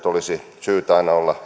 olisi syytä aina olla